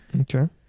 Okay